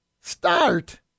Start